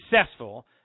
successful